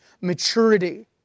maturity